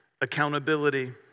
accountability